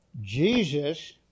Jesus